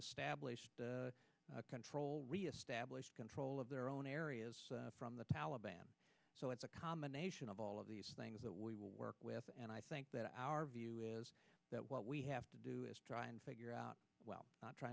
established control reestablish control of their own areas from the taliban so it's a combination of all of these things that we will work with and i think that our view is that what we have to do is try and figure out well